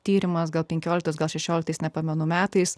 tyrimas gal penkioliktais gal šešioliktais nepamenu metais